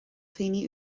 dhaoine